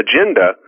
agenda